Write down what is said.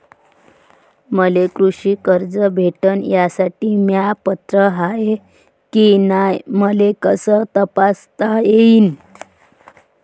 मले कृषी कर्ज भेटन यासाठी म्या पात्र हाय की नाय मले कस तपासता येईन?